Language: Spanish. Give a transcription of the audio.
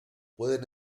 pueden